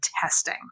testing